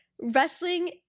wrestling